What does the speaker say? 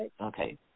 okay